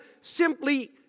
simply